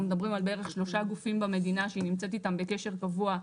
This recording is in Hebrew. אנחנו מדברים על בערך שלושה גופים במדינה שהיא נמצאת איתם בקשר קבוע,